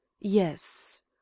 yes